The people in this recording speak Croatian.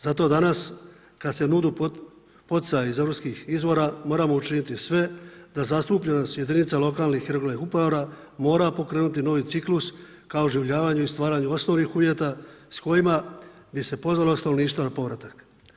Zato danas kad se nude poticaji iz europskih izvora, moramo učiniti sve da zastupljenost jedinica lokalnih i regionalnih uprava mora pokrenuti novi ciklus ka oživljavanju i stvaranju osnovnih uvjeta s kojima bi se pozvalo stanovništvo na povratak.